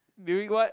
doing what